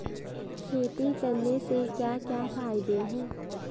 खेती करने से क्या क्या फायदे हैं?